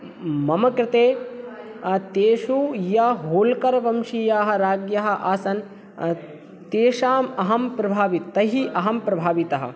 मम कृते तेषु ये होल्कर् वंशीयाः राज्ञः आसन् तेषाम् अहं प्रभावितः तैः अहं प्रभावितः